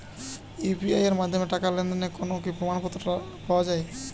UPI এর মাধ্যমে টাকা লেনদেনের কোন কি প্রমাণপত্র পাওয়া য়ায়?